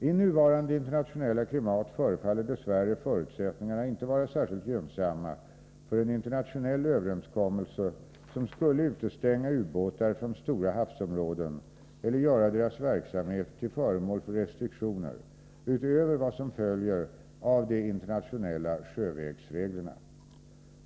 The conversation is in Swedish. I nuvarande internationella klimat förefaller dess värre förutsättningarna inte var särskilt gynnsamma för en internationell överenskommelse, som skulle utestänga ubåtar från stora havsområden eller göra deras verksamhet till föremål för restriktioner utöver vad som följer av de internationella sjävägsreglerna.